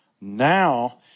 Now